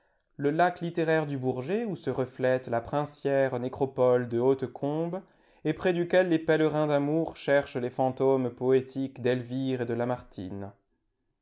le lac littéraire du bourget où se reflète la princière nécropole de haute combe et près duquel les pèlerins d'amour cherchent les fantômes poétiques d'elvire et de lamartine